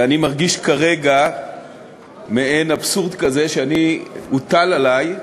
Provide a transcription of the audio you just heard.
ואני מרגיש כרגע מעין אבסורד כזה, שהוטל עלי,